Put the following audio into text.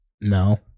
No